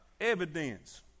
evidence